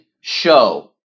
show